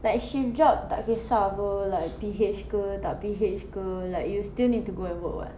like shift job tak kesah apa like P_H ke tak P_H ke like you still need to go and work [what]